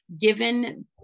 given